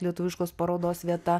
lietuviškos parodos vieta